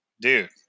dude